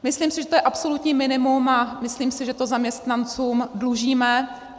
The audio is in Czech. Myslím, že to je absolutní minimum, a myslím si, že to zaměstnancům dlužíme.